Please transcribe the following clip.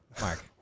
Mark